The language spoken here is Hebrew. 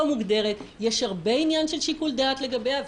נדמה לי שיופץ גם בין הישיבות.